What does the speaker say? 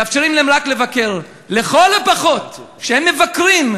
מאפשרים להם רק לבקר, לכל הפחות, כשהם מבקרים,